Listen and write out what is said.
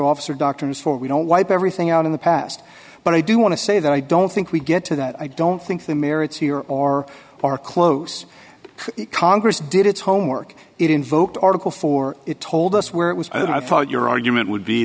officer doctors for we don't wipe everything out in the past but i do want to say that i don't think we get to that i don't think the merits here or are close to congress did its homework it invoked article four it told us where it was i thought your argument would be